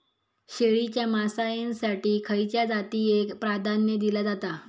शेळीच्या मांसाएसाठी खयच्या जातीएक प्राधान्य दिला जाता?